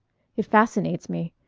it fascinates me.